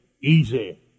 easy